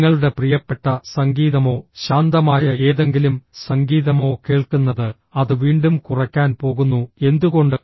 നിങ്ങളുടെ പ്രിയപ്പെട്ട സംഗീതമോ ശാന്തമായ ഏതെങ്കിലും സംഗീതമോ കേൾക്കുന്നത് അത് വീണ്ടും കുറയ്ക്കാൻ പോകുന്നു എന്തുകൊണ്ട്